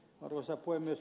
arvoisa puhemies